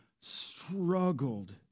struggled